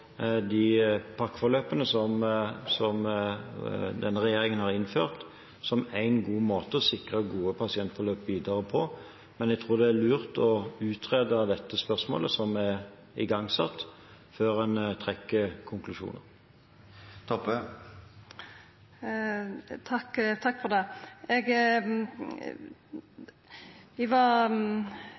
de pakkeforløpene som denne regjeringen har innført, som én god måte å sikre gode pasientforløp videre på. Men jeg tror det er lurt å utrede dette spørsmålet, som er igangsatt, før en trekker konklusjonen. Det vart kritikk da Helsedirektoratets rapport kom, fordi ein ikkje hadde greidd ut det som mange var